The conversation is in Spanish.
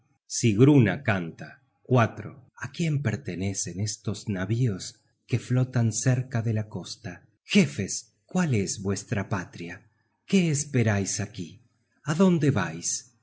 penetrantes sigruna canta a quién pertenecen estos navíos que flotan cerca de la costa jefes cuál es vuestra patria qué esperais aquí adonde vais